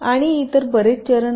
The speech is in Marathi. आणि इतर बरेच चरण आहेत